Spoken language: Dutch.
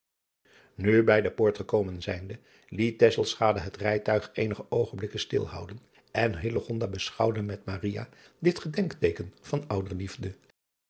u bij de poort gekomen zijnde liet het rijtuig eenige oogenblikken stilhouden en beschouwde met dit gedenkteeken van ouderliefde